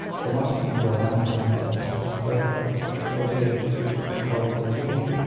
so once we found a way of animating the text across the web of course that's the way to do it because people can control what they are reading,